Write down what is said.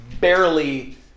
barely